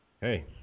hey